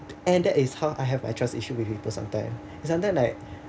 and that is how I have a trust issue with people sometime sometime like